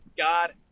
God